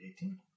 18